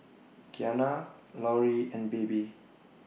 Qiana Laurie and Baby